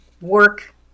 work